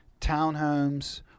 townhomes